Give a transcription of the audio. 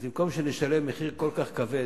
אז במקום שנשלם מחיר כל כך כבד,